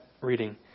reading